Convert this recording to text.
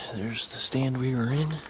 there's the stand we were in